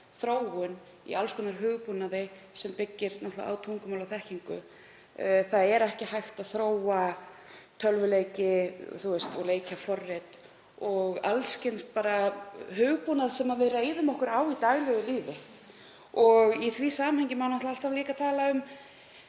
þróun í alls konar hugbúnaði sem byggist á tungumáli og þekkingu og því ekki hægt að þróa tölvuleiki og leikjaforrit og alls kyns hugbúnað sem við reiðum okkur á í daglegu lífi. Í því samhengi má líka tala um